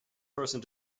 person